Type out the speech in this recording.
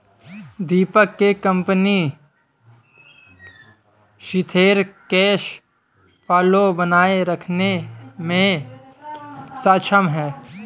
दीपक के कंपनी सिथिर cash flow बनाए रखने मे सक्षम है